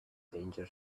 danger